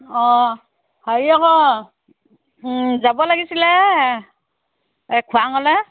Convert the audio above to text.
অঁ হেৰি আকৌ যাব লাগিছিল এই খোৱাঙলে